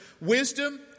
Wisdom